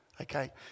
Okay